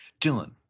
Dylan